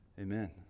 Amen